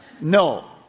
No